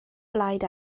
blaid